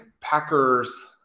Packers